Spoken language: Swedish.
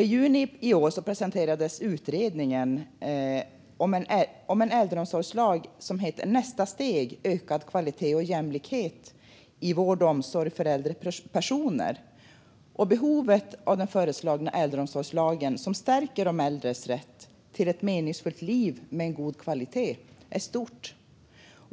I juni i år presenterades en utredning om en äldreomsorgslag, Nästa steg - Ö kad kvalitet och jämlikhet i vård och omsorg för äldre personer . Behovet av den föreslagna äldreomsorgslagen, som stärker de äldres rätt till ett meningsfullt liv med god kvalitet, är stort.